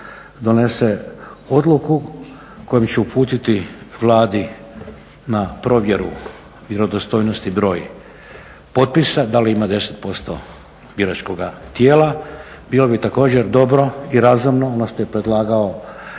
donese odluku kojom će uputiti Vladi na provjeru vjerodostojnosti broj potpisa, da li ima 10% biračkoga tijela. Bilo bi također dobro i razumno ono što je predlagano